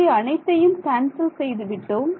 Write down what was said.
இங்கே அனைத்தையும் கேன்சல் செய்து விட்டோம்